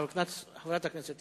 חברת הכנסת שלי